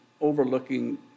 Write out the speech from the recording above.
overlooking